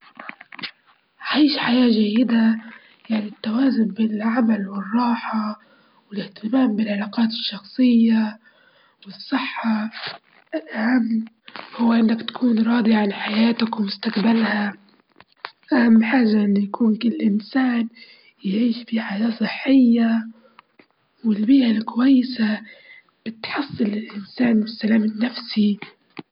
أعتقد إنه الشعر مهم، لإن يعكس شخصية الناس واهتماماتهم، والناس في العصر الحديث يختارون قصات وتصنيفات تعبر عن أسلوب حياتهم وخصوصًا في المناسبات الناس بتغير لون شعرهم وتغير القصات.